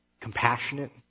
compassionate